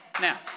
Now